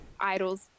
idols